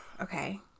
Okay